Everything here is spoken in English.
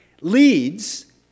leads